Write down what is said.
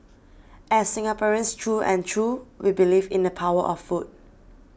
as Singaporeans through and through we believe in the power of food